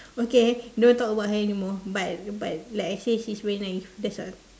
okay don't talk about her anymore but but like I say she's very naive that's all